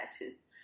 matches